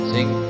Sing